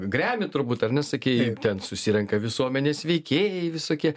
grammy turbūt ar ne sakei ten susirenka visuomenės veikėjai visokie